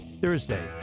Thursday